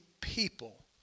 people